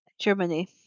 Germany